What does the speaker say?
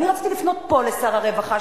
ואני רציתי לפנות פה לשר הרווחה,